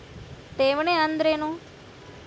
ಠೇವಣಿ ಅಂದ್ರೇನು?